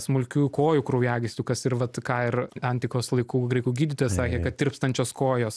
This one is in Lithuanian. smulkių kojų kraujagyslių kas ir vat ką ir antikos laikų graikų gydytojas sakė kad tirpstančios kojos